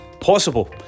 possible